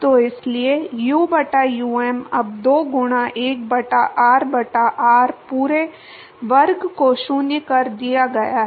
तो इसलिए u बटा um अब 2 गुणा 1 घटा r बटा r पूरे वर्ग को शून्य कर दिया गया है